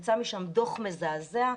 יצא משם דו"ח מזעזע,